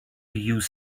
use